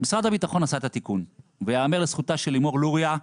משרד הביטחון עשה את התיקון וייאמר לזכותה של לימור לוריא,